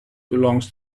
belongs